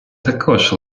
також